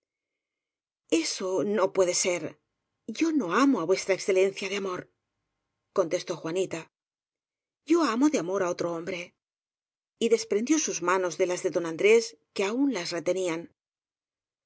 eso no puede ser yo no amo á v e de amor contestó juanita yo amo de amor á otro hombre y desprendió sus manos de las de don andrés que aún las retenían